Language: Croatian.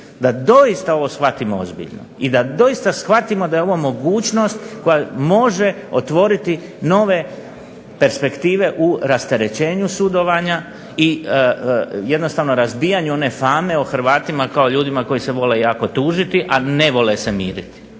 da doista ovo shvatimo ozbiljno i da doista shvatimo da je ovo mogućnost koja može otvoriti nove perspektive u rasterećenju sudovanja i jednostavno razbijanju one fame o Hrvatima kao ljudima koji se vole jako tužiti, a ne vole se miriti.